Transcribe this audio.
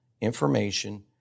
information